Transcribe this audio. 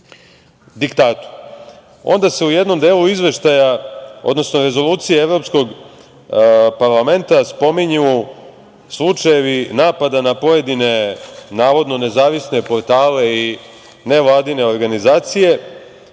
se u jednom delu izveštaja, odnosno Rezolucije Evropskog parlamenta spominju slučajevi napada na pojedine, navodno nezavisne portale i nevladine organizacije,